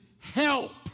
help